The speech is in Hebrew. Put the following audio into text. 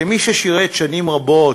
כמי ששירת שנים רבות